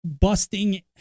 busting